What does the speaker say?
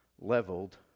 leveled